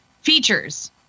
features